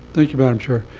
thank you madam chair.